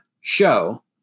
show